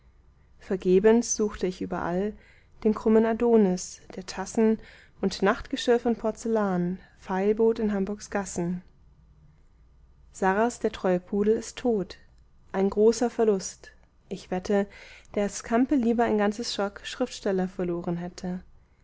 vergebens suchte ich überall den krummen adonis der tassen und nachtgeschirr von porzellan feilbot in hamburgs gassen sarras der treue pudel ist tot ein großer verlust ich wette daß campe lieber ein ganzes schock schriftsteller verloren hätte